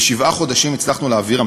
בשבעה חודשים הצלחנו להעביר,